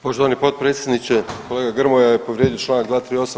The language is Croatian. Poštovani potpredsjedniče, kolega Grmoja je povrijedio članak 238.